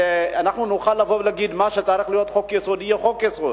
שנוכל לבוא ולהגיד: מה שצריך להיות חוק-יסוד יהיה חוק-יסוד,